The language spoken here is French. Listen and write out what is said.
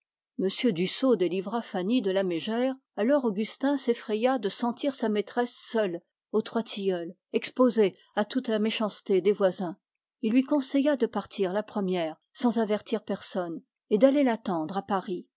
dussaux délivra fanny de la mégère alors augustin s'effraya de sentir sa maîtresse seule aux trois tilleuls exposée à toute la méchanceté des voisins il lui conseilla de partir la première sans avertir personne et d'aller l'attendre à paris